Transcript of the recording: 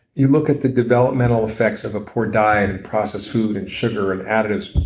you look at the developmental effects of a poor diet and process food and sugar and additives